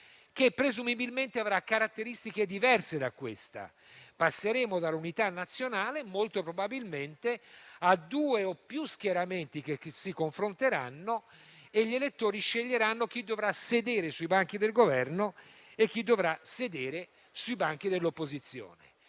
presumibilmente, avrà caratteristiche diverse da questa. Passeremo dall'unità nazionale, molto probabilmente, a due o più schieramenti che si confronteranno con gli elettori che sceglieranno chi dovrà sedere sui banchi del Governo e chi dovrà sedere tra i banchi dell'opposizione.